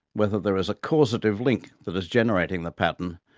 whether there is a causative link that is generating the pattern,